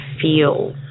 feel